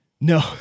No